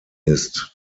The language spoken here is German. ist